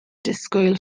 disgwyl